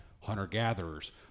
hunter-gatherers